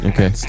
Okay